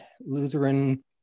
Lutheran